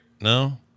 No